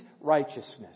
righteousness